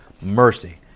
Mercy